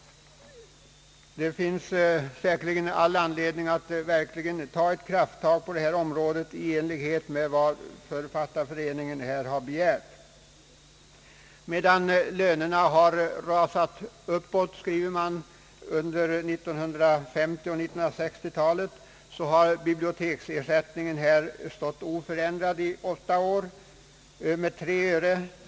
Det finns säkerligen all anledning att verkligen ta ett krafttag på detta område i enlighet med vad Författarföreningen har begärt. Medan lönerna, skriver man, snabbt ökat under 1950 och 1960-talen, har biblioteksersättningen i åtta år stått oförändrad vid 3 öre.